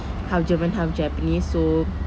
half german half japanese so